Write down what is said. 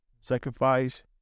sacrifice